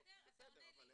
גם אם